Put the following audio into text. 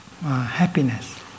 happiness